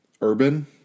Urban